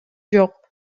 жок